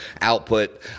output